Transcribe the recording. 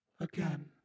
Again